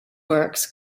works